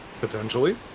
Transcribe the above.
Potentially